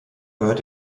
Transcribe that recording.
gehört